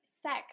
sex